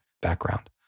background